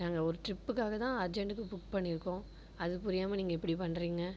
நாங்கள் ஒரு ட்ரிப்புக்காகதான் அர்ஜெண்ட்க்கு புக் பண்ணியிருக்கோம் அது புரியாமல் நீங்கள் இப்படி பண்ணுறீங்க